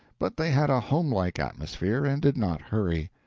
but they had a homelike atmosphere and did not hurry.